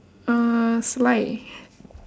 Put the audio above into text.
uh slide